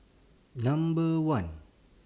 Number one